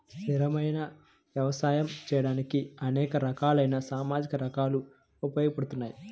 స్థిరమైన వ్యవసాయం చేయడానికి అనేక రకాలైన సామాజిక కారకాలు ఉపయోగపడతాయి